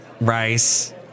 rice